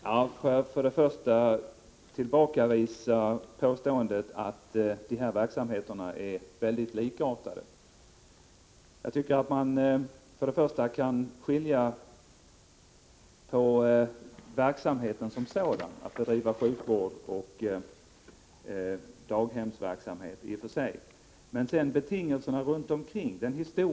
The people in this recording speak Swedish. Herr talman! Jag vill bestämt tillbakavisa påståendet att dessa verksamheter är väldigt likartade. Jag tycker för det första att man kan skilja på verksamheterna som sådana — att bedriva sjukvård resp. daghemsverksam het — och för det andra att betingelserna runt omkring i grunden är mycket olika.